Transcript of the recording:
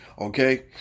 okay